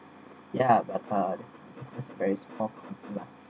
ya but it's very spoke